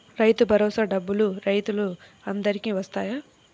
రైతు భరోసా డబ్బులు రైతులు అందరికి వస్తాయా?